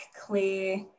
clear